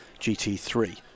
GT3